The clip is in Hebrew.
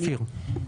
שפיר.